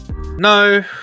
No